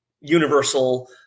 universal